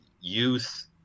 youth